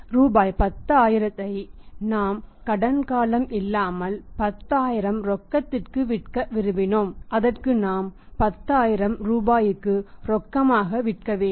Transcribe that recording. ரூபாய் 10000ஐ நாம் கடன் காலம் இல்லாமல் 10000 ரொக்கத்திற்கு விற்க விரும்பினோம் அதற்கு நாம் 10000 ரூபாய்க்கு ரொக்கமாக விற்க வேண்டும்